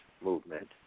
movement